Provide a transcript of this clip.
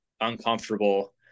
uncomfortable